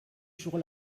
jour